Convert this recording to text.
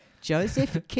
Joseph